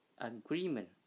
agreement